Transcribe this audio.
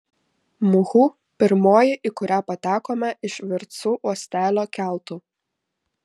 muhu pirmoji į kurią patekome iš virtsu uostelio keltu